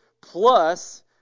plus